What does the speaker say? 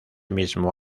mismo